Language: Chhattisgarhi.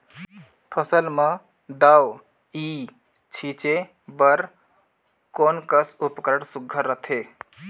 फसल म दव ई छीचे बर कोन कस उपकरण सुघ्घर रथे?